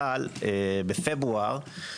אבל בפברואר,